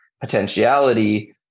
potentiality